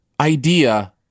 idea